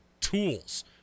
tools